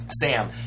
Sam